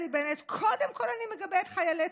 נפתלי בנט?